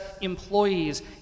employees